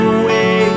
away